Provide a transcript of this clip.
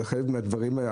בחלק מהדברים.